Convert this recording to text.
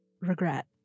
regret